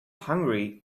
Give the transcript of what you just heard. hungry